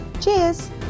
Cheers